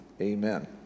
Amen